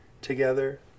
together